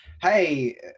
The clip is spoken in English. hey